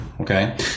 okay